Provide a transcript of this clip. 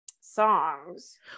songs